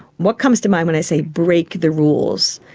what comes to mind when i say break the rules?